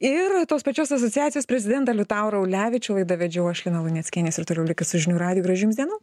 ir tos pačios asociacijos prezidentą liutaurą ulevičių laidą vedžiau aš lina luneckienė jūs ir toliau likit su žinių radiju gražių jums dienų